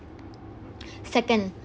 second